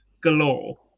galore